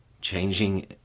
Changing